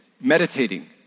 meditating